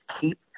keep